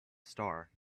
star